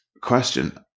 question